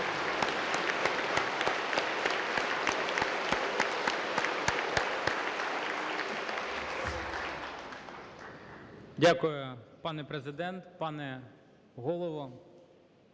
Дякую, пане Президент, пане Голово,